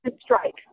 Strike